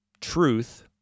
Truth